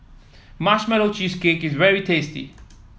Marshmallow Cheesecake is very tasty